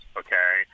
okay